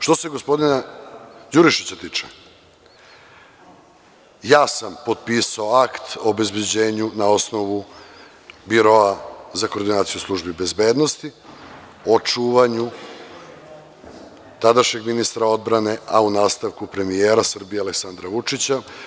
Što se gospodina Đurišića tiče, ja sam potpisao akt o obezbeđenju na osnovu Biroa za koordinaciju službi bezbednosti o čuvanju tadašnjeg ministra odbrane, a u nastavku premijera Srbije Aleksandra Vučića.